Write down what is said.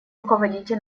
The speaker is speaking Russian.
руководите